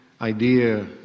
idea